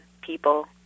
people